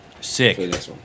Sick